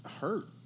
hurt